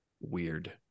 weird